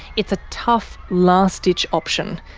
it's a tough, last ditch option,